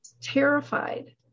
terrified